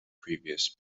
previous